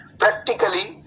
practically